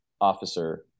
officer